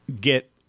get